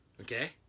Okay